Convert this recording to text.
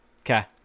Okay